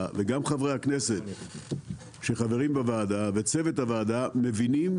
וגם חברי הכנסת שחברים בוועדה וצוות הוועדה מבינים